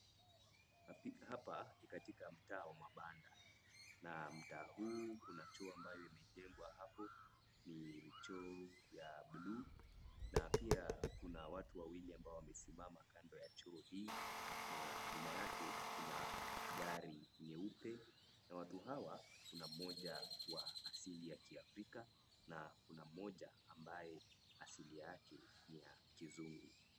Hapa ni katika mtaa wa mabanda na mtaa huu kuna choo ambayo imejengwa hapo. Ni choo ya blue na pia kuna watu wawili ambao wamesimama kando ya choo hii. Na nyuma yake kuna gari nyeupe na watu hawa kuna mmoja wa asili ya Kiafrika na kuna mmoja ambaye asili yake ni ya kizungu.